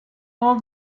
all